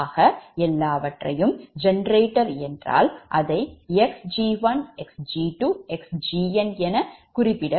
ஆக எல்லாவற்றையும் ஜெனரேட்டர் என்றால் அதை xg1 xg2 xgnஎன குறிப்பிடப்படும்